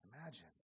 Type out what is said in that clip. imagine